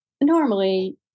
normally